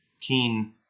keen